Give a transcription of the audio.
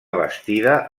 bastida